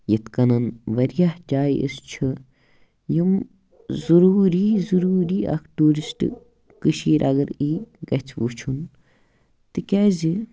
یِتھ کَنَن واریاہ جایہِ اَسہِ چھِ یِم ضُروٗری ضُروٗری اَکھ ٹوٗرِسٹ کٔشیٖرِ اَگر ای گژھِ وٕچھُن تِکیٛازِ